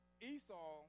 Esau